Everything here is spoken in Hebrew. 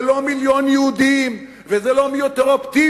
זה לא מיליון יהודים וזה לא מי יותר אופטימי,